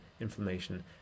inflammation